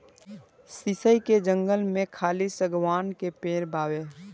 शीशइ के जंगल में खाली शागवान के पेड़ बावे